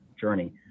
journey